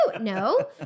No